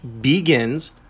begins